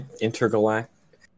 intergalactic